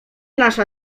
nasza